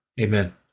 Amen